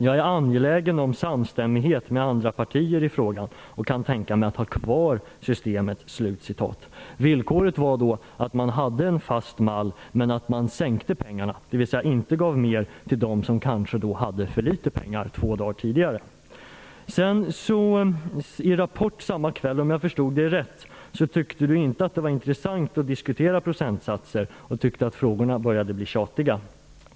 Hon är angelägen om samstämmighet med andra partier i frågan och kan tänka sig att ha kvar systemet. Villkoret var att man hade en fast mall men att man sänkte bidragen, dvs. inte gav mer till dem som kanske hade för litet pengar två dagar tidigare. Johansson, om jag förstod henne rätt, att det var intressant att diskutera procentsatser. Hon tyckte att frågorna började bli tjatiga.